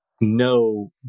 no